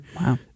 Wow